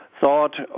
thought